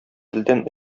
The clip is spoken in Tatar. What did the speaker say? телдән